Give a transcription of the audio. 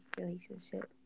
relationship